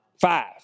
Five